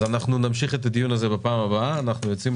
אנחנו נמשיך את הדיון הזה בפעם הבאה, תודה רבה.